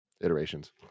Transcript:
iterations